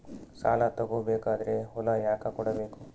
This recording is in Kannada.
ಸಾಲ ತಗೋ ಬೇಕಾದ್ರೆ ಹೊಲ ಯಾಕ ಕೊಡಬೇಕು?